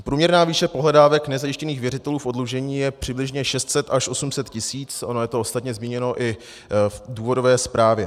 Průměrná výše pohledávek nezajištěných věřitelů v oddlužení je přibližně 600 až 800 tisíc, ono je to ostatně zmíněno i v důvodové zprávě.